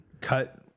cut